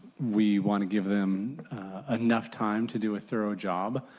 we want to give them enough time to do a thorough job.